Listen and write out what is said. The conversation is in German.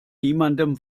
niemandem